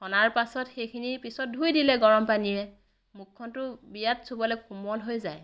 সনাৰ পাছত সেইখিনি পিছত ধুই দিলে গৰম পানীৰে মুখখনটো বিৰাট চুবলৈ কোমল হৈ যায়